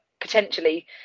potentially